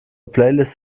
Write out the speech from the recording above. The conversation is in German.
playlist